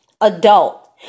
adult